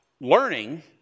learning